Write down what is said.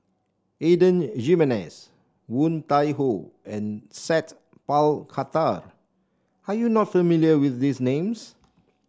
Adan Jimenez Woon Tai Ho and Sat Pal Khattar are you not familiar with these names